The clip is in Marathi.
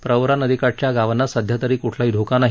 प्रवरा नदीकाठच्या गावांना सध्या क्ठलाही धोका नाही